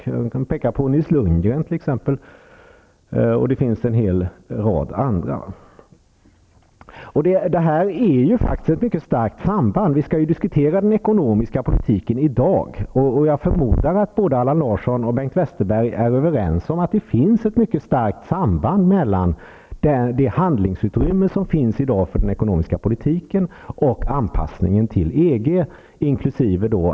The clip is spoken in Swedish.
Jag kan peka på Nils Lundgren t.ex., och det finns en hel rad andra. Vi skall ju diskutera den ekonomiska politiken i dag, och jag förmodar att både Allan Larsson och Bengt Westerberg är överens med mig om att det föreligger ett mycket starkt samband mellan det handlingsutrymme som finns för den ekonomiska politiken och anpassningen till EG inkl.